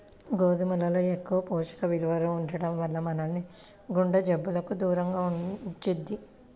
గోధుమల్లో ఎక్కువ పోషక విలువలు ఉండటం వల్ల మనల్ని గుండె జబ్బులకు దూరంగా ఉంచుద్ది